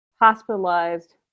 hospitalized